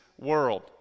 world